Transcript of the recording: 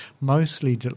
mostly